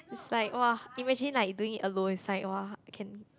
is like [wah] imagine like doing it alone is like [wah] can